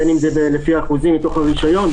בין אם זה לפי אחוזים מתוך הרישיון,